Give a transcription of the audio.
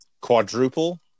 Quadruple